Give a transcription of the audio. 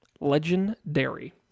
Legendary